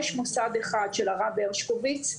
יש מוסד אחד, של הרב הרשקוביץ.